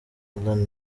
alan